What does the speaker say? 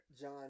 John